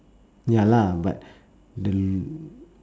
ya lah but the l~